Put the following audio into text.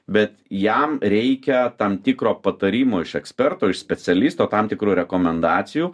bet jam reikia tam tikro patarimo iš eksperto iš specialisto tam tikrų rekomendacijų